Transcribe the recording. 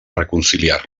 reconciliar